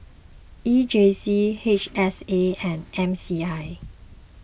E J C H S A and M C I